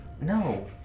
No